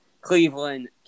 Cleveland